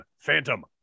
Phantom